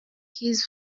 his